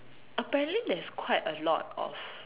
apparently there's quite a lot of